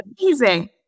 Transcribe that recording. amazing